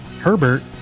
Herbert